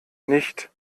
nicht